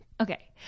Okay